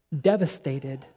devastated